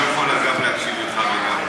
היא לא יכולה גם להקשיב לך וגם לי.